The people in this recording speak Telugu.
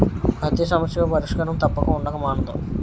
పతి సమస్యకు పరిష్కారం తప్పక ఉండక మానదు